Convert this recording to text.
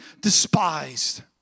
despised